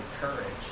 courage